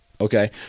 Okay